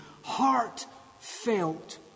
heartfelt